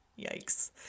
Yikes